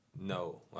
no